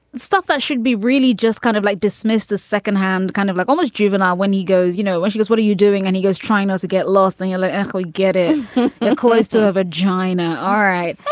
stuff that should be really just kind of like dismissed a second hand, kind of like almost juvenile when he goes, you know what she does, what are you doing? and he goes trying not to get lost in like if we get it close to a vagina all right,